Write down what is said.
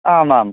आमाम्